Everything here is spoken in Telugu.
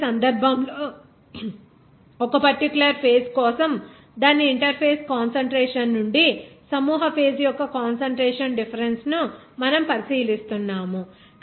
ఇక్కడ ఈ సందర్భంలో ఒక పర్టిక్యూలర్ ఫేజ్ కోసం దాని ఇంటర్ఫేస్ కాన్సంట్రేషన్ నుండి సమూహ ఫేజ్ యొక్క కాన్సంట్రేషన్ డిఫరెన్స్ ని మనము పరిశీలిస్తున్నాము